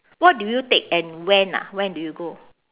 what do you take and when ah when do you go